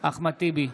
אחמד טיבי,